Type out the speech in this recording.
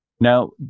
Now